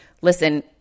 listen